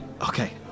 Okay